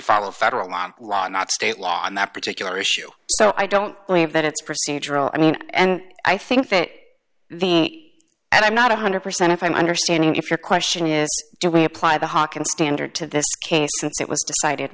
follow federal law law not state law on that particular issue so i don't believe that it's procedural i mean and i think that the and i'm not one hundred percent if i'm understanding if your question is do we apply the harken standard to this case since it was decided